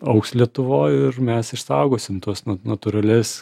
augs lietuvoj mes išsaugosim tuos natūralias